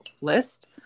list